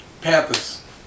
Panthers